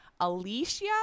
Alicia